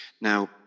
Now